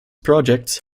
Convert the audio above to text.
projects